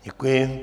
Děkuji.